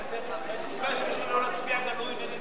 אין סיבה שמישהו לא יצביע גלוי נגד זה.